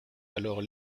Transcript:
alors